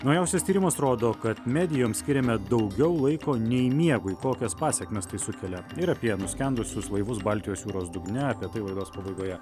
naujausias tyrimas rodo kad medijoms skiriame daugiau laiko nei miegui kokias pasekmes tai sukelia ir apie nuskendusius laivus baltijos jūros dugne apie tai laidos pabaigoje